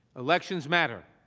elections matter.